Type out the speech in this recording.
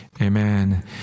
Amen